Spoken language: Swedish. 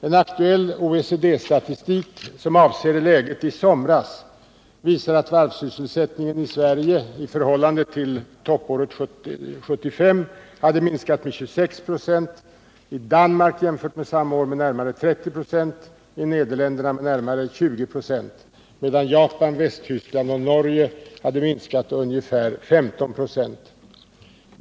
En aktuell OECD-statistik, som avser läget i somras, visar att varvssysselsättningen i Sverige — i förhållande till toppåret 1975 — hade minskat med 26 96, i Danmark — jämfört med samma år — med närmare 30 26 och i Nederländerna med närmare 20 926, medan Japan, Västtyskland och Norge hade minskat med ungefär 15 26.